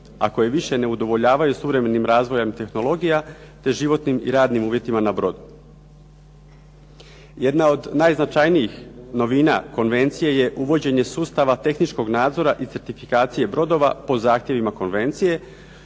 a koje više ne udovoljavaju suvremenim razvojem tehnologija, te životnim i radnim uvjetima na brodu. Jedna od najznačajnijih novina konvencije je uvođenje sustava tehničkog nadzora i certifikacije brodova po zahtjevima konvencije,